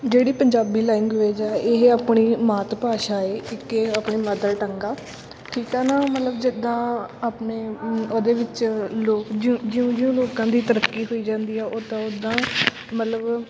ਜਿਹੜੀ ਪੰਜਾਬੀ ਲੈਂਗੁਏਜ ਹੈ ਇਹ ਆਪਣੀ ਮਾਤ ਭਾਸ਼ਾ ਏ ਇੱਕ ਇਹ ਆਪਣੀ ਮਦਰ ਟੰਗ ਆ ਠੀਕ ਹੈ ਨਾ ਮਤਲਬ ਜਿੱਦਾਂ ਆਪਣੇ ਉਹਦੇ ਵਿੱਚ ਲੋਕ ਜਿਉਂ ਜਿਉਂ ਲੋਕਾਂ ਦੀ ਤਰੱਕੀ ਹੋਈ ਜਾਂਦੀ ਆ ਉੱਦਾਂ ਉੱਦਾਂ ਮਤਲਬ